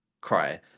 cry